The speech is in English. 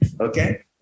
Okay